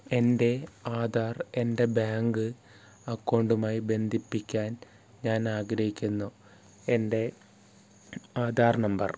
എൻ്റെ ആധാർ എൻ്റെ ബാങ്ക് അക്കൗണ്ടുമായി ബന്ധിപ്പിക്കാൻ ഞാൻ ആഗ്രഹിക്കുന്നു എൻ്റെ ആധാർ നമ്പർ